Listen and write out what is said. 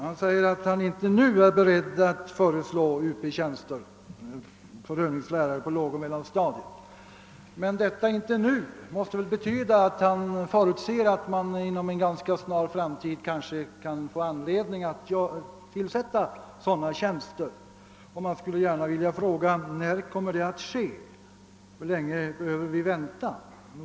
Han säger att han inte nu är beredd att föreslå Up-tjänster för övningslärare på lågoch mellanstadiet, och uttrycket »inte nu» måste väl betyda att departementschefen förutser att det inom en ganska snar framtid kan bli anledning att inrätta sådana tjänster. Jag skulle gärna vilja fråga: När kommer detta att ske -— hur länge behöver vi vänta?